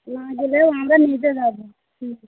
না গেলেও আমরা নিজে যাব হুম হুম